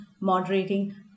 moderating